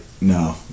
no